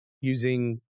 using